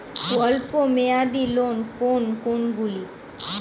অল্প মেয়াদি লোন কোন কোনগুলি?